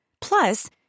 Plus